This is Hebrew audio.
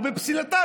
או בפסילתה,